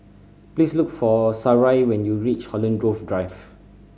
please look for Sarai when you reach Holland Grove Drive